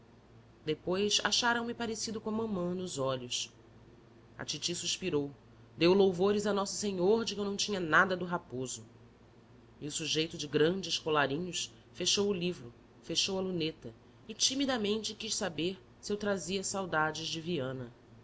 te o do ri co depois acharam me parecido com a mamã nos olhos a titi suspirou deu louvores a nosso senhor de que eu não tinha nada do raposo e o sujeito de grandes colarinhos fechou o livro fechou a luneta e timidamente quis saber se eu trazia saudades de viana